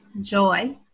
joy